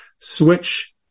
switch